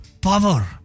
power